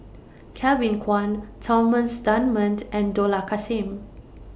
Kevin Kwan Thomas Dunman and Dollah Kassim